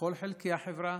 בכל חלקי החברה,